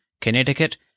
Connecticut